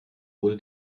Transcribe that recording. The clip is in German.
wurde